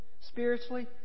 spiritually